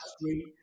street